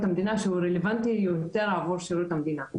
המדינה שהוא רלוונטי יותר עבור שירות המדינה.